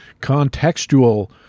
contextual